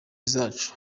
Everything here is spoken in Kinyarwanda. zacu